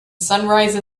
sunrise